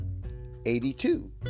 82